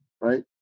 right